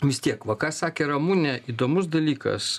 vis tiek va ką sakė ramunė įdomus dalykas